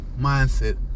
Mindset